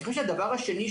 אני חושב שהדבר השני,